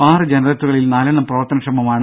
ആറ് ജനറേറ്ററുകളിൽ നാലെണ്ണം പ്രവർത്തനക്ഷമമാണ്